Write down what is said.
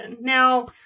Now